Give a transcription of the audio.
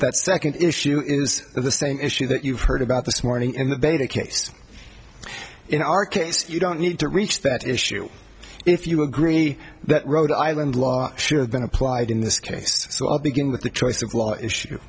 that second issue is the same issue that you've heard about this morning in the better case in our case you don't need to reach that issue if you agree that rhode island law should have been applied in this case so i'll begin with the choice of law issue